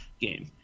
game